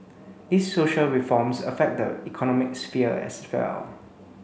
these social reforms affect the economic sphere as well